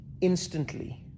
instantly